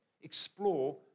explore